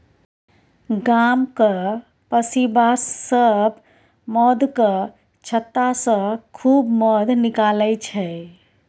गामक पसीबा सब मौधक छत्तासँ खूब मौध निकालै छै